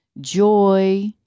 joy